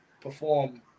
perform